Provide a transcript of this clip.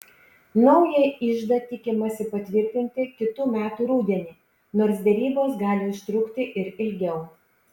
naują iždą tikimasi patvirtinti kitų metų rudenį nors derybos gali užtrukti ir ilgiau